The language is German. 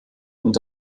und